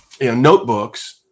notebooks